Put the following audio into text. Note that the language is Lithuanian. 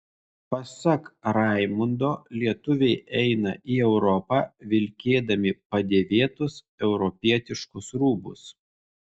pasak raimundo lietuviai eina į europą vilkėdami padėvėtus europietiškus rūbus